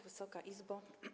Wysoka Izbo!